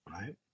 Right